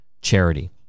charity